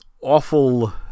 awful